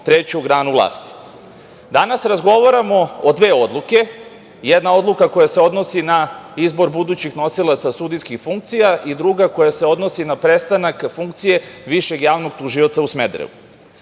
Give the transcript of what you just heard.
treću granu vlasti. Danas razgovaramo od dve odluke. Jedna odluka se odnosi na izbor budućih nosilaca sudijskih funkcija, a druga se odnosi na prestanak funkcije višeg javnog tužioca u Smederevu. Kao